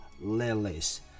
lilies